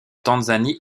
tanzanie